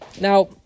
Now